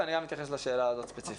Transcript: ואני גם אתייחס לשאלה הזאת ספציפית.